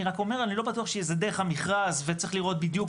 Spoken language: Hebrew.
אני רק אומר אני לא בטוח שזה דרך המכרז וצריך לראות בדיוק.